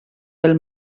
pel